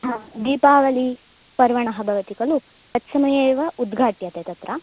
हा दीपावलिपर्व भवति खलु तत्समये एव उद्घाट्यते तत्र